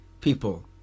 people